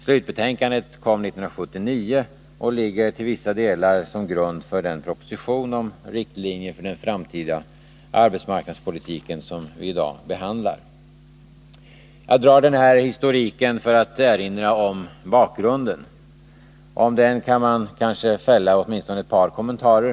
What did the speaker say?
Slutbetänkandet kom 1979 och ligger i vissa delar till grund för den proposition om riktlinjer för den framtida arbetsmarknadspolitiken som vi i dag behandlar. Jag drar denna historik för att erinra om bakgrunden. Om den kan man kanske fälla åtminstone två kommentarer.